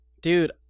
dude